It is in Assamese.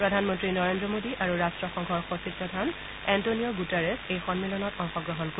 প্ৰধানমন্ত্ৰী নৰেন্দ্ৰ মোডী আৰু ৰাষ্ট্ৰসংঘৰ সচিব প্ৰধান এণ্টনিঅ গুটাৰেচে এই সম্মিলনত অংশগ্ৰহণ কৰিব